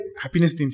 happiness